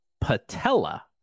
Patella